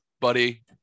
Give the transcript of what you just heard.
buddy